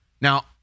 Now